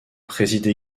préside